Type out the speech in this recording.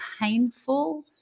painful